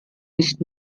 nicht